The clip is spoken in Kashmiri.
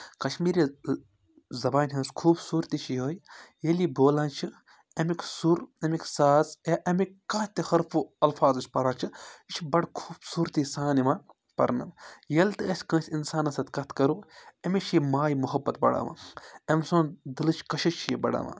کَشمیٖری زَبانہِ ہٕنٛز خوٗبصوٗرتی چھِ یِہوے ییٚلہِ یہِ بولان چھِ اَمیُک سُر امیُک ساز یا امیِکۍ کانٛہہ تہِ حرفو الفاظ یُس پَران چھِ یہِ چھِ بَڑٕ خوٗبصوٗرتی سان یِوان پَرنہٕ ییٚلہِ تہِ أسۍ کٲنٛسہِ اِنسانَس سۭتۍ کَتھ کَرو أمِس چھِ یہِ ماے محبت بَڑاوان أمۍ سُنٛد دِلٕچ کَشِش چھِ یہِ بَڑاوان